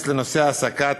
בנושא העסקת